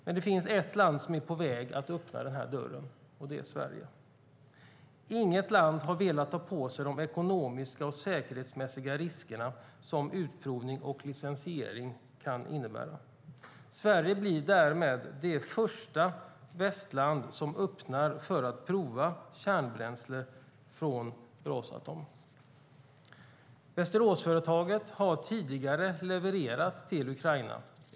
Men det finns ett land som är på väg att öppna den här dörren, och det är Sverige. Inget land har velat ta på sig de ekonomiska och säkerhetsmässiga risker som utprovning och licensiering kan innebära. Sverige blir därmed det första västland som öppnar för att prova kärnbränsle från Rosatom. Västeråsföretaget har tidigare levererat till Ukraina.